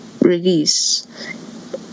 release